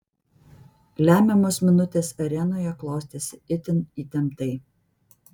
lemiamos minutės arenoje klostėsi itin įtemptai